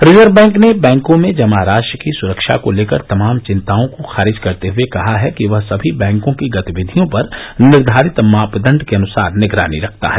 reserve Bank ने बैंकों में जमा राशि की सुरक्षा को लेकर तमाम चिंताओं को खारिज करते हए कहा है कि वह सभी बैंकों की गतिविधियों पर निर्घारित मापदंड के अनुसार निगरानी रखता है